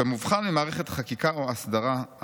"במובחן ממערכת חקיקה או הסדרה,